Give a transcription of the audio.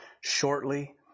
shortly